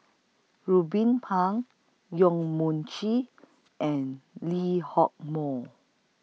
Ruben Pang Yong Mun Chee and Lee Hock Moh